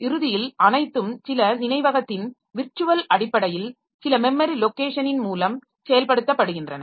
இறுதியில் அனைத்தும் சில நினைவகத்தின் விர்ச்சுவல் அடிப்படையில் சில மெமரி லொக்கேஷனின் மூலம் செயல்படுத்தப்படுகின்றன